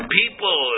people